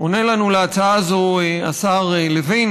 עונה לנו על ההצעה הזאת השר לוין,